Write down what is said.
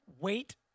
wait